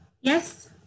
Yes